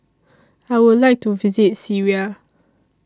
I Would like to visit Syria